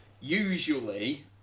usually